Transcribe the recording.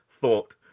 thought